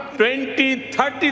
2030